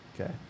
Okay